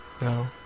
No